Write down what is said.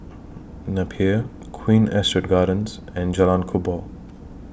Napier Queen Astrid Gardens and Jalan Kubor